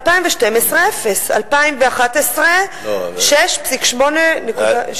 2012, אפס, 2011, 6,873,